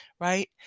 right